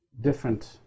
different